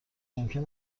ممکن